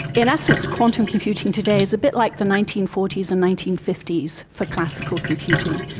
in essence, quantum computing today is a bit like the nineteen forty s and nineteen fifty s for classical computing.